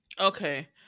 okay